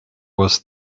was